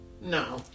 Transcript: no